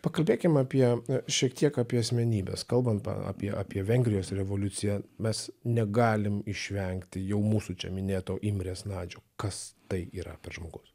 pakalbėkim apie šiek tiek apie asmenybes kalbant apie apie vengrijos revoliuciją mes negalim išvengti jau mūsų čia minėto imrės nadžio kas tai yra per žmogus